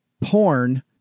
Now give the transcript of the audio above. porn